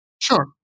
sure